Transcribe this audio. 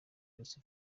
yose